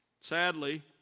Sadly